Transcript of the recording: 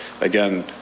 again